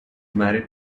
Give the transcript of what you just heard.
married